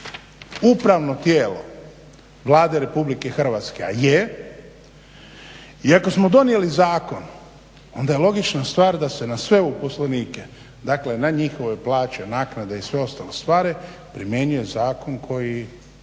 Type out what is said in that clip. upravo tijelo Vlade RH a je i ako smo donijeli zakon onda je logična stvar da se na sve uposlenike dakle na njihove plaće, naknade i sve ostale stvari primjenjuje zakon koji